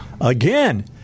Again